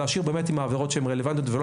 להשאיר באמת עם העבירות שהן רלוונטיות ולא